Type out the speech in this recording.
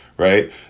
Right